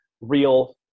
real